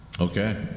Okay